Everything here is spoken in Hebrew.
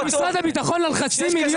משרד הביטחון, על חצי מיליון.